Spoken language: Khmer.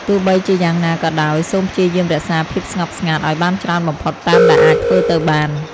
ទោះបីជាយ៉ាងណាក៏ដោយ សូមព្យាយាមរក្សា ភាពស្ងប់ស្ងាត់ ឲ្យបានច្រើនបំផុតតាមដែលអាចធ្វើទៅបាន។